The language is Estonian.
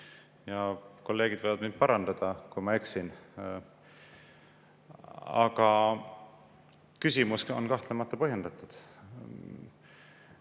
Kolleegid võivad mind parandada, kui ma eksin. Aga küsimus on kahtlemata põhjendatud.